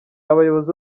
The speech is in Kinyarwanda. abayobozi